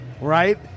Right